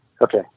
Okay